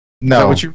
No